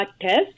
test